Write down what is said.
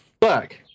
fuck